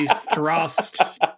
thrust